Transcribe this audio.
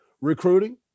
recruiting